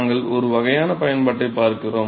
நாங்கள் ஒரு வகையான பயன்பாட்டைப் பார்க்கிறோம்